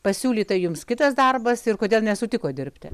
pasiūlyta jums kitas darbas ir kodėl nesutikot dirbti